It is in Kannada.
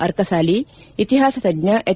ಅರ್ಕಸಾಲಿ ಇತಿಹಾಸ ತಜ್ಜ ಎಚ್